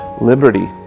liberty